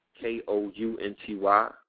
K-O-U-N-T-Y